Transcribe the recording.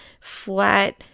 flat